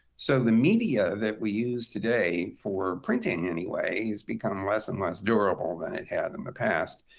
so the media that we use today, for printing anyway, has becoming less and less durable than it had in the past.